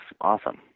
awesome